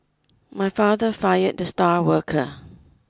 my father fired the star worker